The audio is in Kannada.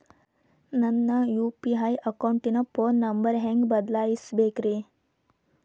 ನನ್ನ ಯು.ಪಿ.ಐ ಅಕೌಂಟಿನ ಫೋನ್ ನಂಬರ್ ಹೆಂಗ್ ಬದಲಾಯಿಸ ಬೇಕ್ರಿ?